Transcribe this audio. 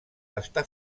està